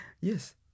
Yes